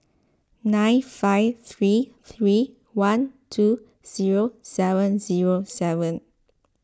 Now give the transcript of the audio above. nine five three three one two zero seven zero seven